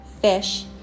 fish